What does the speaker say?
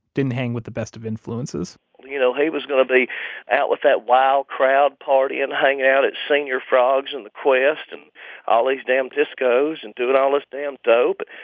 didn't hang with the best of influences you know, he was going to be out with that wild crowd, partying, hanging out at senor frog's and the quest and all these damn discos and doing all this damn dope.